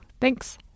Thanks